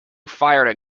fired